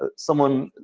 ah someone